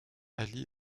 ali